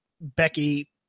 Becky